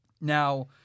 Now